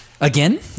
again